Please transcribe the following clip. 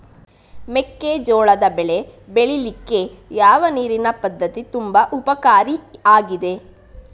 ಮೆಕ್ಕೆಜೋಳದ ಬೆಳೆ ಬೆಳೀಲಿಕ್ಕೆ ಯಾವ ನೀರಿನ ಪದ್ಧತಿ ತುಂಬಾ ಉಪಕಾರಿ ಆಗಿದೆ?